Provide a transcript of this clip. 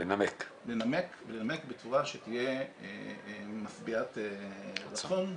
לנמק בצורה שתהיה משביעת רצון.